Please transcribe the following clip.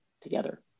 together